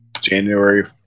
January